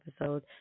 episode